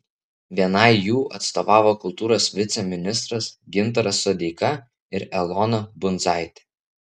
vienai jų atstovavo kultūros viceministras gintaras sodeika ir elona bundzaitė